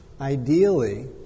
ideally